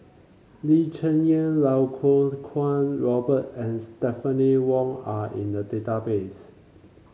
Lee Cheng Yan Lau Kuo Kwong Robert and Stephanie Wong are in the database